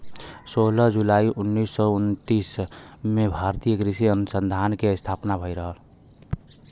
सोलह जुलाई उन्नीस सौ उनतीस में भारतीय कृषि अनुसंधान के स्थापना भईल रहे